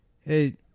Hey